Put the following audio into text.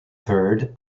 third